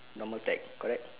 normal tech correct